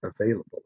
available